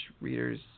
readers